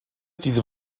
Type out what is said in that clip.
diese